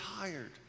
tired